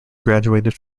graduated